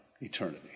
eternity